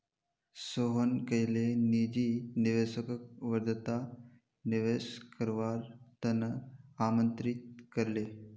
सोहन कईल निजी निवेशकक वर्धात निवेश करवार त न आमंत्रित कर ले